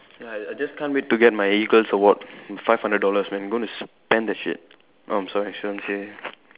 ya I I just can't wait to get my eagles award five hundred dollars man gonna spend that shit um I'm sorry shouldn't say